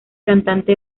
cantante